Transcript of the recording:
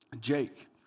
Jake